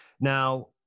Now